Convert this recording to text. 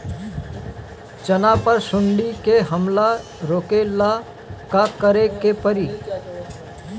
चना पर सुंडी के हमला रोके ला का करे के परी?